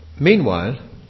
Meanwhile